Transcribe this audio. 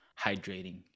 hydrating